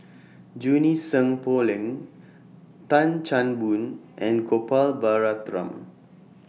Junie Sng Poh Leng Tan Chan Boon and Gopal Baratham